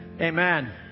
amen